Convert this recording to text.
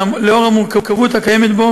לנוכח המורכבות הקיימת בו,